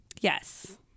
yes